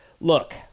Look